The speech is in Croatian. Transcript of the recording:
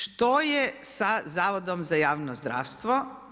Što je sa Zavodom za javno zdravstvo?